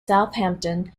southampton